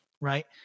right